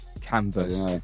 canvas